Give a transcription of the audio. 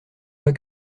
pas